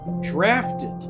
drafted